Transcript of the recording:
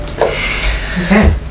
Okay